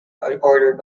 ordered